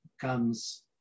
comes